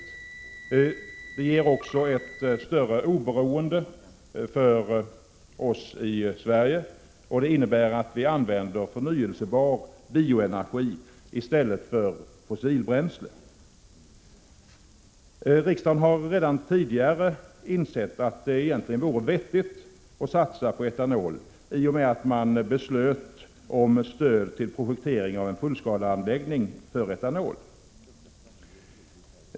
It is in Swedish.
Det ger också ett större oberoende för oss i Sverige, och det innebär att vi kan använda förnyelsebar bioenergi i stället för fossilbränsle. Riksdagen har redan tidigare insett att det egentligen vore vettigt att satsa på etanol i och med att man beslutade om stöd till projektering av en fullskaleanläggning för etanol.